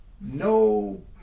no